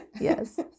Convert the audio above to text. yes